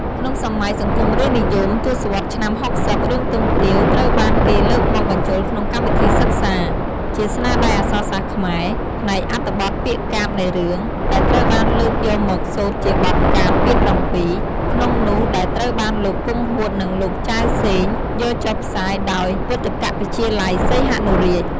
ក្នុងសម័យសង្គមរាស្ត្រនិយម ទស្សវតន៍ឆ្នាំ៦០ រឿងទុំទាវ ត្រូវបានគេលើកមកបញ្ជូលក្នុងកម្មវិធីសិក្សា ជាស្នាដៃអក្សរសាស្ត្រខ្មែរ ផ្នែកអត្ថបទពាក្យកាព្យនៃរឿង ដែលត្រូវបានលើកយកមកសូត្រជាបទកាព្យ ពាក្យ៧ ក្នុងនោះដែលត្រូវបានលោក គង់ហួត និង លោកចាវ សេង យកចុះផ្សាយដោយពុទ្ធកវិទ្យាល័យសីហនុរាជ។